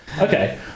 Okay